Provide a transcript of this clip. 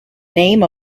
name